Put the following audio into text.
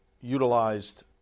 utilized